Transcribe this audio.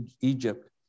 Egypt